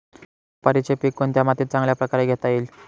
सुपारीचे पीक कोणत्या मातीत चांगल्या प्रकारे घेता येईल?